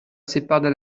séparent